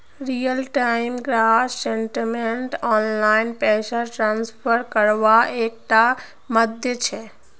real time gross settlement online पैसा transfer कारवार एक टा माध्यम छे